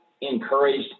encouraged